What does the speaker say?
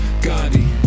Gandhi